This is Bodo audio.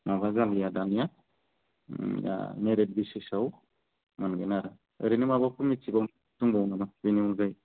माबा जालिया दानिया दा मेरिट बेसिसआव मोनगोन आरो ओरैनो माबाफोर मिथिबावनो दंबावो नामा बिनि अनगायै